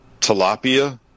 tilapia